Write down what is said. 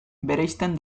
bereizten